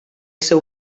seu